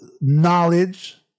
knowledge